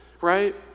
right